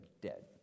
dead